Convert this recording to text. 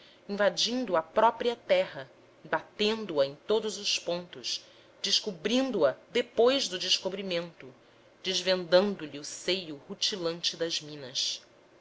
invadindo a própria terra batendo a em todos os pontos descobrindo a depois do descobrimento desvendando lhe o seio rutilante da minas